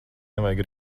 nevajag